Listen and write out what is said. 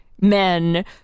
Men